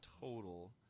total